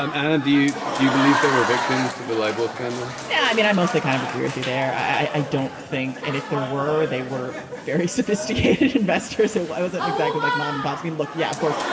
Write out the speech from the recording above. um and do you do you believe there were victims to the libel scandal? yeah, i mean, i mostly kind of agree with you there. i i don't think. and if there were they were very sophisticated investors. so why wasn't it exactly like mom and pop? i mean, look. yeah, of course,